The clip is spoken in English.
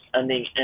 ending